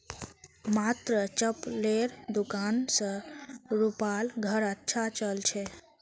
मात्र चप्पलेर दुकान स रूपार घर अच्छा चल छ